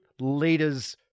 leader's